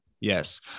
Yes